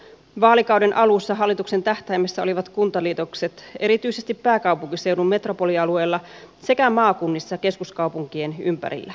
vaalikauden alussa hallituksen tähtäimessä olivat kuntaliitokset erityisesti pääkaupunkiseudun metropolialueella sekä maakunnissa keskuskaupunkien ympärillä